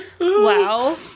Wow